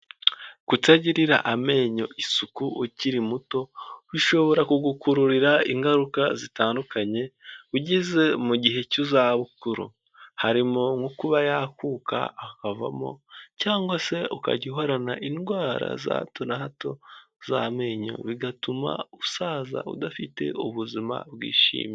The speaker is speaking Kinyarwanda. Kutagirira amenyo isuku ukiri muto bishobora kugukururira ingaruka zitandukanye ugeze mu gihe cy'izabukuru, harimo nko kuba yakuka akavamo cyangwa se ukajya uhorana indwara za hato na hato z'amenyo, bigatuma usaza udafite ubuzima bwishimye.